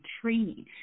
training